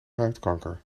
huidkanker